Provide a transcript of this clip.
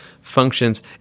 functions